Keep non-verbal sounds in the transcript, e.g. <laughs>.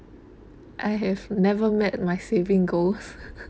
I have never met my saving goals <laughs>